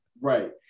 Right